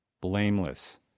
blameless